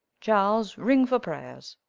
charles ring for prayers.